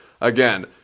again